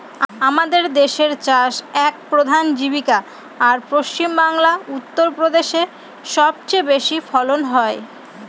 আমাদের দেশের চাষ এক প্রধান জীবিকা, আর পশ্চিমবাংলা, উত্তর প্রদেশে সব চেয়ে বেশি ফলন হয়